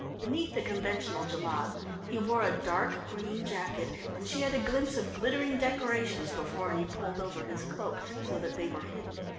beneath the conventional jellab he wore a dark green jacket, and she had a glimpse of glittering decorations before he pulled over his cloak so that they were hidden.